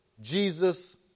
Jesus